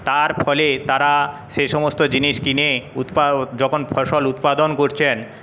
তার ফলে তারা সে সমস্ত জিনিস কিনে যখন ফসল উৎপাদন করছেন